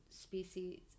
species